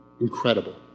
Incredible